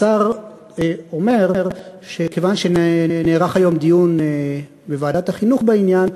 השר אומר שכיוון שנערך היום דיון בוועדת החינוך בעניין,